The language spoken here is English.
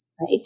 right